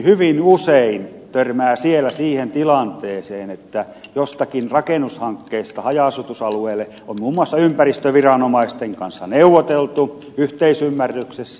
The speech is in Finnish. hyvin usein törmää siellä siihen tilanteeseen että jostakin rakennushankkeesta haja asutusalueelle on muun muassa ympäristöviranomaisten kanssa neuvoteltu yhteisymmärryksessä